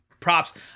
Props